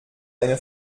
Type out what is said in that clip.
eine